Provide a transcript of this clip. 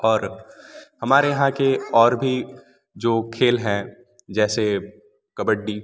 और हमारे यहाँ के और भी जो खेल हैं जैसे कबड्डी